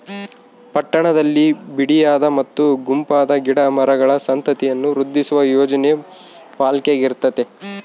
ಪಟ್ಟಣದಲ್ಲಿ ಬಿಡಿಯಾದ ಮತ್ತು ಗುಂಪಾದ ಗಿಡ ಮರಗಳ ಸಂತತಿಯನ್ನು ವೃದ್ಧಿಸುವ ಯೋಜನೆ ಪಾಲಿಕೆಗಿರ್ತತೆ